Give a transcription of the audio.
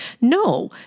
No